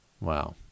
Wow